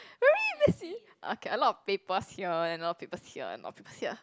very messy okay a lot of papers here and a lot papers here and a lot papers here